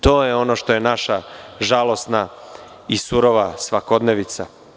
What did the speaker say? To je ono što je naša žalosna i surova svakodnevnica.